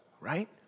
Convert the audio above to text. right